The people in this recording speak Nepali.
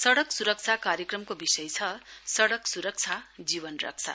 सडक स्रक्षा कार्यक्रमको विषय छ सडक स्रक्षा जीवन रक्षा